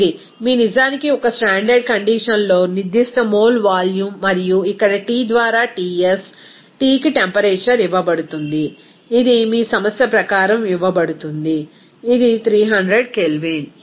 ఇది మీ నిజానికి ఒక స్టాండర్డ్ కండిషన్ లో నిర్దిష్ట మోల్ వాల్యూమ్ మరియు ఇక్కడ T ద్వారా Ts Tకి టెంపరేచర్ ఇవ్వబడుతుంది ఇది మీ సమస్య ప్రకారం ఇవ్వబడుతుంది ఇది 300 కెల్విన్